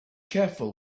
careful